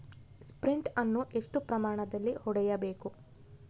Sprint ಅನ್ನು ಎಷ್ಟು ಪ್ರಮಾಣದಲ್ಲಿ ಹೊಡೆಯಬೇಕು?